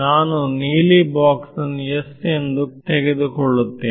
ನಾನು ನೀಲಿ ಬಾಕ್ಸನ್ನು S ಎಂದು ತೆಗೆದುಕೊಳ್ಳುವೆ